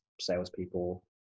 salespeople